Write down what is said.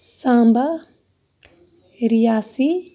Samba Reasi